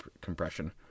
compression